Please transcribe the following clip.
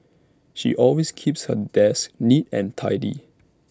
she always keeps her desk neat and tidy